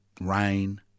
rain